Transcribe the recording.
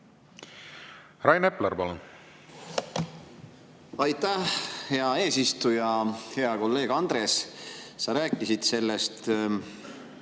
Rain Epler, palun! Aitäh, hea eesistuja! Hea kolleeg Andres! Sa rääkisid sellest